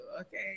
okay